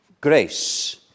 Grace